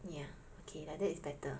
ya okay like that it's better